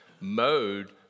mode